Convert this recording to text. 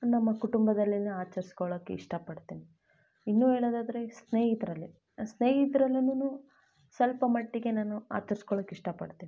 ನಮ್ಮ ಕುಟುಂಬದಲ್ಲೆ ಆಚರ್ಸ್ಕೊಳ್ಳೋಕೆ ಇಷ್ಟಪಡ್ತೇನೆ ಇನ್ನೂ ಹೇಳೋದಾದ್ರೆ ಈಗ ಸ್ನೇಹಿತರಲ್ಲಿ ಸ್ನೇಹಿತ್ರಲ್ಲಿನು ಸ್ವಲ್ಪ ಮಟ್ಟಿಗೆ ನಾನು ಆಚರ್ಸ್ಕೊಳೋಕೆ ಇಷ್ಟಪಡ್ತೇನೆ